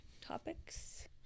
topics